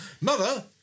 Mother